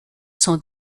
sont